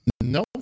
No